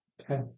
Okay